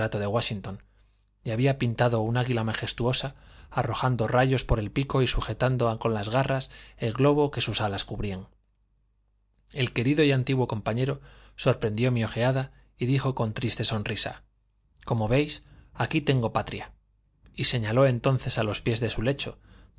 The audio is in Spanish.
de wáshington y había pintado un águila majestuosa arrojando rayos por el pico y sujetando con las garras el globo que sus alas cubrían el querido y antiguo compañero sorprendió mi ojeada y dijo con triste sonrisa como veis aquí tengo patria y señaló entonces a los pies de su lecho